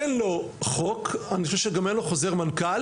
אין לו חוק, אני חושב שגם אין לו חוזר מנכ"ל.